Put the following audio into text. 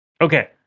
Okay